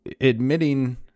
admitting